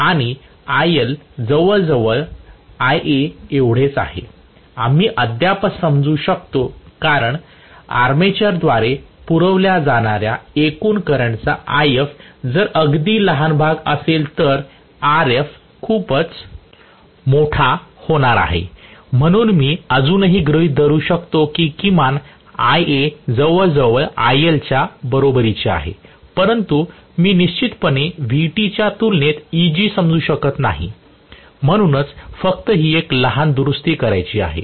आणि IL जवळजवळ Ia एवढेच आहे आम्ही अद्याप समजू शकतो कारण आर्मेचरद्वारे पुरविल्या जाणाऱ्या एकूण करंटचा If जर अगदी लहान भाग असेल तर RF खूपच मोठा होणार आहे म्हणून मी अजूनही गृहित धरू शकतो कि किमान Ia जवळजवळ IL च्या बरोबरीचे आहे परंतु मी निश्चितपणे Vt च्या तुलनेत Eg समजू शकत नाही म्हणूनच फक्त ही लहान दुरुस्ती करायची आहे